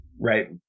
right